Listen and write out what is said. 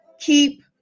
keep